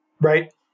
right